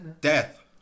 death